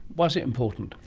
why is it important?